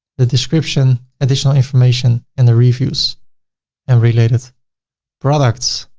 the description, additional information and the reviews and related products.